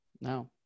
No